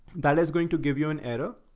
that is going to give you an error.